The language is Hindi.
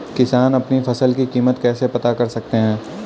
किसान अपनी फसल की कीमत कैसे पता कर सकते हैं?